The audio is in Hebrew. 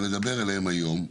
ונדבר עליהן היום,